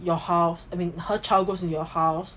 your house I mean her child goes in your house